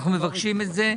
אנחנו מבקשים את זה.